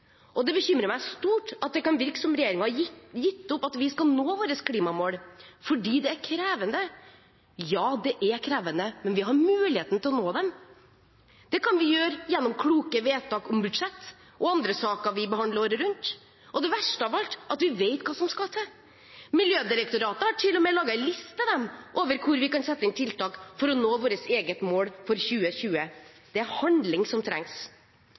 Og det bekymrer meg stort at det kan virke som om regjeringen har gitt opp at vi skal nå klimamålene våre fordi det er krevende. Ja, det er krevende, men vi har muligheten til å nå dem. Det kan vi gjøre gjennom kloke vedtak om budsjett og andre saker vi behandler året rundt. Og det verste av alt er at vi vet hva som skal til. Miljødirektoratet har til og med laget en liste over hvor vi kan sette inn tiltak for å nå vårt eget mål for 2020. Det er handling som trengs.